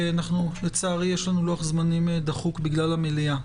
לצערי יש לנו לוח זמנים דחוק בגלל המליאה.